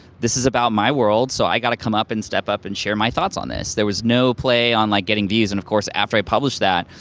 this is about my world, so i gotta come up and step up and share my thoughts on this. there was no play on like getting views and of course after i published that,